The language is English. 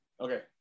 okay